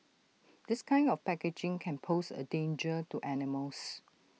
this kind of packaging can pose A danger to animals